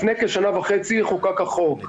לפני כשנה וחצי חוקק החוק,